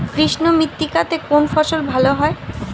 কৃষ্ণ মৃত্তিকা তে কোন ফসল ভালো হয়?